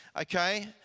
Okay